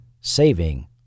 saving